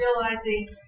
realizing